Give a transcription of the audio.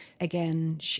again